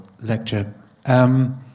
lecture